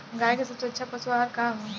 गाय के सबसे अच्छा पशु आहार का ह?